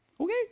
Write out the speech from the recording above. okay